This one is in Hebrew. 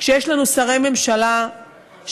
כשיש לנו שרי ממשלה שפשוט,